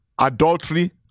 adultery